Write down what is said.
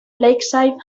lakeside